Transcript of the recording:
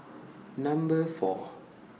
Number four